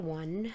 one